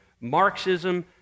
Marxism